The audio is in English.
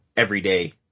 Everyday